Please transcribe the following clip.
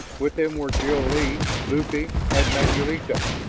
with him were jil-lee, lupe, and manulito.